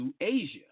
Asia